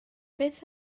beth